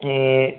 ഈ